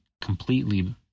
completely